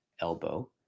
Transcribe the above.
elbow